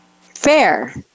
Fair